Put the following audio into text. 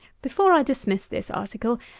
before i dismiss this article,